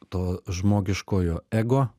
to žmogiškojo ego